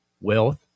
wealth